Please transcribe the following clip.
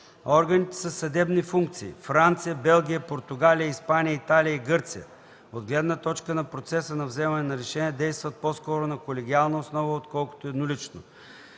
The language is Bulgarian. Органите със съдебни функции – Франция, Белгия, Португалия, Испания, Италия и Гърция, от гледна точка на процеса на вземане на решение действат по-скоро на колегиална основа, отколкото еднолично.